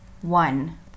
One